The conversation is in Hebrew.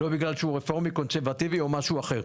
לא בגלל שהוא רפורמי קונסרבטיבי או משהו אחר.